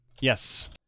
Yes